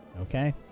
Okay